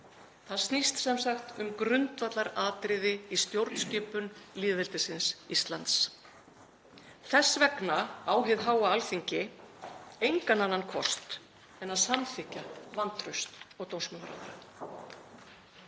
Það snýst sem sagt um grundvallaratriði í stjórnskipun lýðveldisins Íslands. Þess vegna á hið háa Alþingi engan annan kost en að samþykkja vantraust á